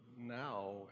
Now